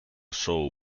show